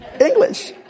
English